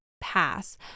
pass